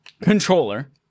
controller